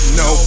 no